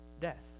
death